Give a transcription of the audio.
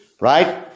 right